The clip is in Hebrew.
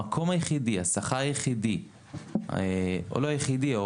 המקום היחידי והשכר היחידי או אולי אפילו לא היחידי,